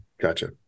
gotcha